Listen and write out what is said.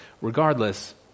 Regardless